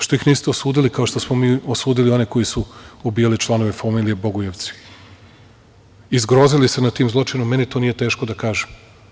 Što ih niste osudili, kao što smo mi osudili one koji su ubijali članove familije Bogojevci i zgrozili se nad tim zločinom, meni to nije teško da kažem.